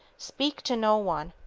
speak to no one.